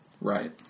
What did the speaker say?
Right